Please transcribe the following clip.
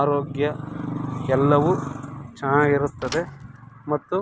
ಆರೋಗ್ಯ ಎಲ್ಲವೂ ಚೆನ್ನಾಗಿರುತ್ತದೆ ಮತ್ತು